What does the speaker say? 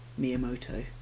Miyamoto